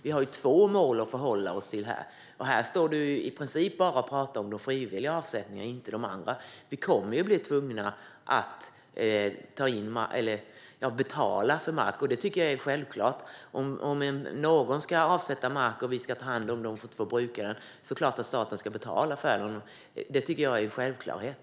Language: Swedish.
Vi har alltså två mål att förhålla oss till. Här står du och i princip bara talar om de frivilliga avsättningarna, inte de andra. Vi kommer att bli tvungna att betala för mark, och det tycker jag är självklart. Om någon ska avsätta mark och någon annan ska ta hand om den åt brukaren är det klart att staten ska betala för det. Det tycker jag är en självklarhet.